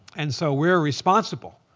and so we're responsible,